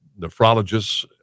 nephrologists